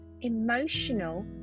emotional